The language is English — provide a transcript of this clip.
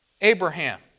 Abraham